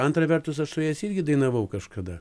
antra vertus aš su jais irgi dainavau kažkada